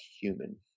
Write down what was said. human